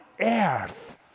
earth